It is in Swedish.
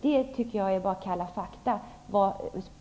Det är kalla fakta.